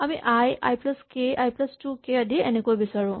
আমি I I plus K I plus two K আদি এনেকৈ বিচাৰো